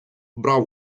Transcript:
брав